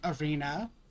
arena